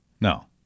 No